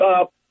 up